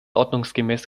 ordnungsgemäß